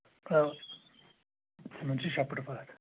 آ یِمَن چھِ شےٚ پھٕٹہٕ وَتھ